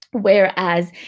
Whereas